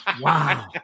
Wow